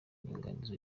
inyunganizi